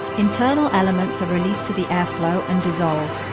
internal elements are released to the airflow and dissolve.